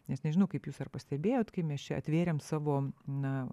nes nežinau kaip jūs ar pastebėjot kai mes čia atvėrėm savo na